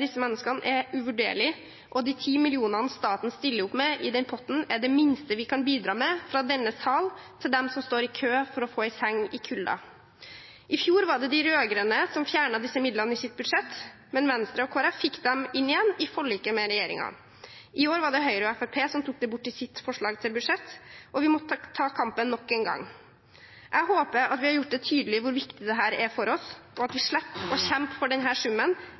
disse menneskene, er uvurderlig, og de 10 mill. kr staten stiller opp med i den potten, er det minste vi kan bidra med fra denne sal til dem som står i kø for å få en seng i kulden. I fjor var det de rød-grønne som fjernet disse midlene i sitt budsjett, men Venstre og Kristelig Folkeparti fikk dem inn igjen i forliket med regjeringen. I år var det Høyre og Fremskrittspartiet som tok dem bort i sitt forslag til budsjett, og vi måtte ta kampen nok en gang. Jeg håper at vi har gjort det tydelig hvor viktig dette er for oss, og at vi slipper å kjempe for denne summen